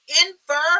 infer